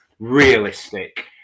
realistic